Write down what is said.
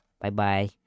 Bye-bye